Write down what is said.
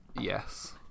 Yes